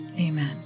Amen